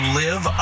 live